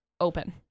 open